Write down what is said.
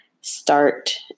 start